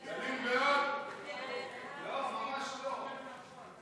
סעיפים 1 17 נתקבלו.